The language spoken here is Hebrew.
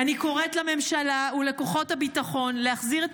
אני קוראת לממשלה ולכוחות הביטחון להחזיר את